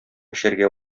эчәргә